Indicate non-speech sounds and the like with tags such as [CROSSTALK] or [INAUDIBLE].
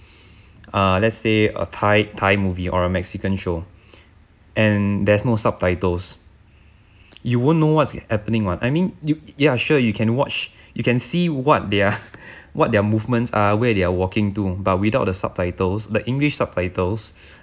uh let's say a thai thai movie or a mexican show and there's no subtitles you won't know what's happening one I mean yeah sure you can watch you can see what their [LAUGHS] what their movements are where they are walking to but without the subtitles the english subtitles